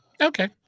Okay